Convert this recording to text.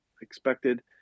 expected